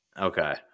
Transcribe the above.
Okay